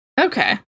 Okay